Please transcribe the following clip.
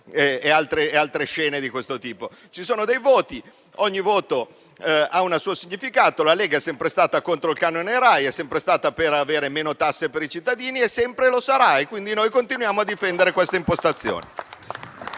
altre scene di questo tipo. Ci sono dei voti e ogni voto ha un suo significato. La Lega è sempre stata contro il canone RAI, è sempre stata per avere meno tasse per i cittadini e sempre lo sarà. Noi continuiamo a difendere questa impostazione.